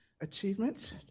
achievements